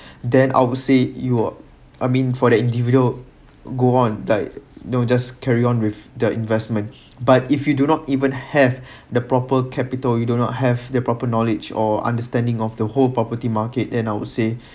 then I would say you I mean for the individual go on like you know just carry on with their investment but if you do not even have the proper capital you do not have the proper knowledge or understanding of the whole property market then I would say